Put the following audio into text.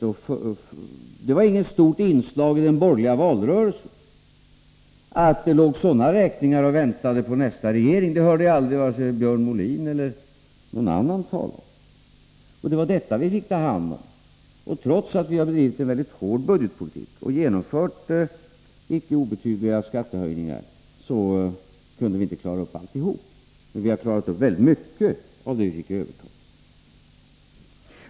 Det var heller inget stort inslag i den borgerliga valrörelsen att det låg sådana räkningar och väntade på nästa regering. Det hörde jag aldrig vare sig Björn Molin eller någon annan borgerlig företrädare tala om. Men vi fick alltså ta hand om dessa räkningar. Trots att vi har bedrivit en mycket hård budgetpolitik och genomfört icke obetydliga skattehöjningar har vi inte kunnat klara allt. Men vi har ändå klarat upp mycket av det vi fick överta.